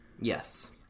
Yes